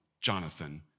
Jonathan